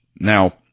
Now